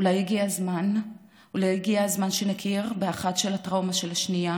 אולי הגיע הזמן שנכיר בטראומה אחד של השני?